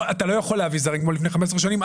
לא, אתה לא יכול להביא זרים כמו לפני 15 שנים.